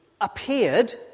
appeared